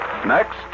next